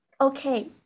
Okay